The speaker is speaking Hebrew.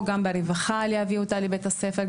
גם לאחר התערבות של הרווחה לגרום לה להגיע לבית הספר,